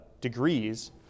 degrees